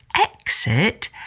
exit